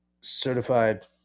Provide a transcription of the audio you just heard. certified